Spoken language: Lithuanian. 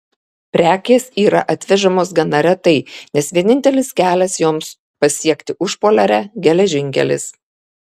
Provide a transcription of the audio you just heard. prekės yra atvežamos gana retai nes vienintelis kelias joms pasiekti užpoliarę geležinkelis